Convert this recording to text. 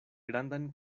grandan